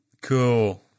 Cool